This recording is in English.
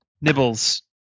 Nibbles